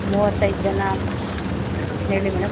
ಮೂವತ್ತೈದು ಜನ ಹೇಳಿ ಮೇಡಮ್